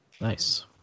Nice